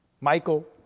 Michael